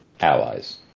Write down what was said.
allies